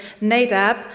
Nadab